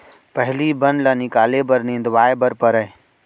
पहिली बन ल निकाले बर निंदवाए बर परय